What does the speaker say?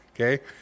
Okay